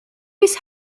his